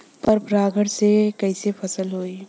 पर परागण से कईसे फसल होई?